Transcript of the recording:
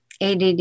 ADD